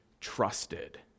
trusted